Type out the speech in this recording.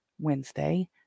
Wednesday